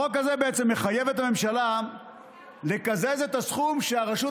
החוק הזה מחייב את הממשלה לקזז את הסכום שהרשות